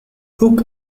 hook